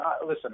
listen